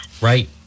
right